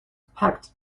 packed